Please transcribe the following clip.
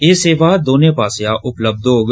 एह सेवा दौने पासेआ उपलब्ध होग